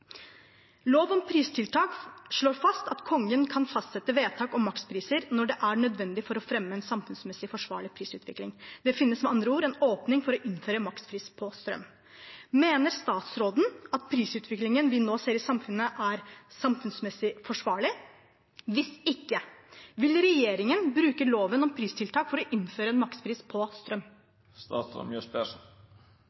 Lov om pristiltak slår fast at Kongen kan fastsette vedtak om makspriser når det er nødvendig for å fremme en samfunnsmessig forsvarlig prisutvikling. Det finnes med andre ord en åpning for å innføre makspris på strøm. Mener statsråden at prisutviklingen vi nå ser i samfunnet, er samfunnsmessig forsvarlig? Hvis ikke, vil regjeringen bruke loven om pristiltak for å innføre en makspris på strøm?